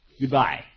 Goodbye